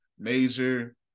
Major